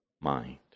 mind